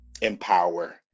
empower